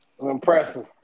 Impressive